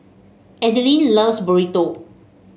Adilene loves Burrito